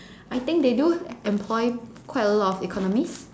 I think they do employ quite a lot of economists